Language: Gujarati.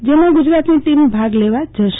જેમાં ગજરાતની ટીમ ભાગ લેવા જશે